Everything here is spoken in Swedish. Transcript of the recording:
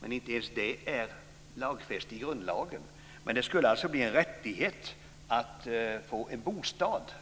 men inte ens det är lagfäst i grundlagen. Men det skulle alltså bli en rättighet att ha en bostad.